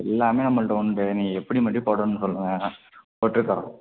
எல்லாமே நம்மள்கிட்ட உண்டு நீங்கள் எப்படி மட்டும் போடணுன்னு சொல்லுங்கள் போட்டு தரோம்